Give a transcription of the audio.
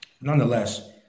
Nonetheless